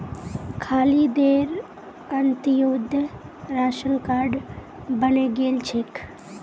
खालिदेर Antyodaya ration card बने गेल छेक